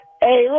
Hey